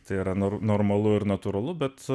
tai yra normalu ir natūralu bet